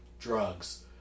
drugs